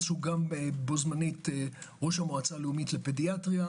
שהוא גם בו זמנית ראש המועצה הלאומית לפדיאטריה,